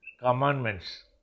Commandments